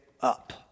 up